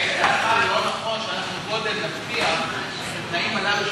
האם לדעתך לא נכון שאנחנו קודם נבטיח את התנאים הללו,